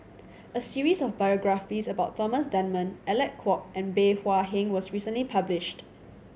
a series of biographies about Thomas Dunman Alec Kuok and Bey Hua Heng was recently published